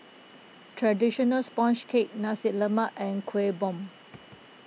Traditional Sponge Cake Nasi Lemak and Kuih Bom